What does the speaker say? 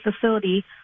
Facility